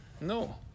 No